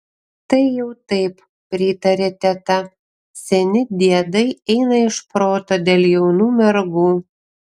tai jau taip pritarė teta seni diedai eina iš proto dėl jaunų mergų